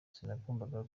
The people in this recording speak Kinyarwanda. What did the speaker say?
sinagombaga